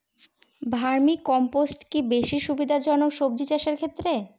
Vermi compost কি বেশী সুবিধা জনক সবজি চাষের ক্ষেত্রে?